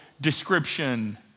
description